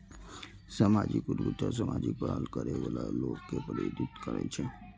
सामाजिक उद्यमिता सामाजिक पहल करै बला लोक कें प्रेरित करै छै